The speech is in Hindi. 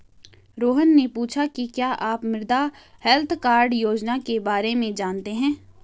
रोहन ने पूछा कि क्या आप मृदा हैल्थ कार्ड योजना के बारे में जानते हैं?